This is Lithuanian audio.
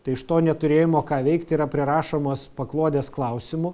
tai iš to neturėjimo ką veikti yra prirašomos paklodės klausimų